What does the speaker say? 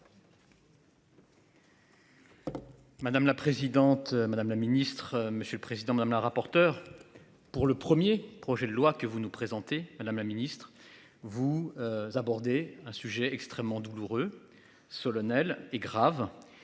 Madame la présidente, madame la ministre, monsieur le président, madame la rapporteure. Pour le 1er projet de loi que vous nous présentez la ministre vous. Abordez un sujet extrêmement douloureux solennel et grave